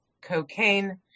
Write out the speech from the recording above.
cocaine